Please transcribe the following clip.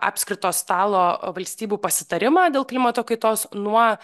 apskrito stalo valstybių pasitarimą dėl klimato kaitos nuo